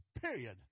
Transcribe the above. period